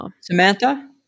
Samantha